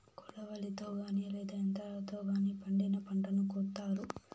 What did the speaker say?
కొడవలితో గానీ లేదా యంత్రాలతో గానీ పండిన పంటను కోత్తారు